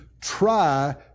try